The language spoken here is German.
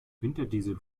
winterdiesel